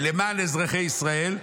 של מדינת ישראל.